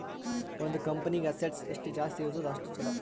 ಒಂದ್ ಕಂಪನಿಗ್ ಅಸೆಟ್ಸ್ ಎಷ್ಟ ಜಾಸ್ತಿ ಇರ್ತುದ್ ಅಷ್ಟ ಛಲೋ